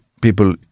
people